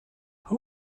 who